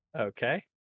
Okay